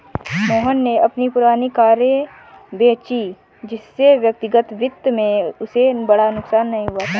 मोहन ने अपनी पुरानी कारें बेची जिससे व्यक्तिगत वित्त में उसे बड़ा नुकसान नहीं हुआ है